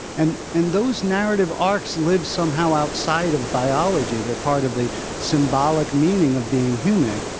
and and those narrative arcs live somehow outside of biology. they're part of the symbolic meaning of being human.